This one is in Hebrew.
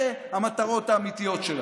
אלה המטרות האמיתיות שלכם.